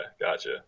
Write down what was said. gotcha